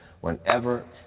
whenever